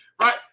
Right